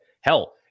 Hell